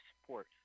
support